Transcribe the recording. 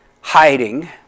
hiding